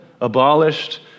abolished